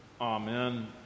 Amen